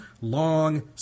long